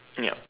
yup